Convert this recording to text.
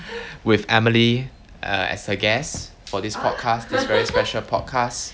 with emily err as her guest for this podcast this very special podcast